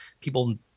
people